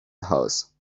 house